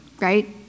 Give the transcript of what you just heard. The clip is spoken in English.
right